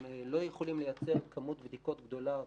הם לא יכולים לייצר כמות בדיקות גדולה.